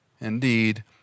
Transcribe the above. Indeed